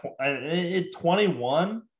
21